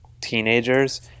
teenagers